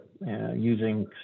using